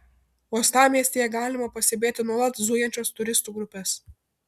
uostamiestyje galima pastebėti nuolat zujančias turistų grupes